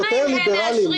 למה אם הם מאשרים?